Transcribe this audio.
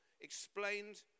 explained